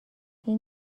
این